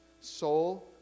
soul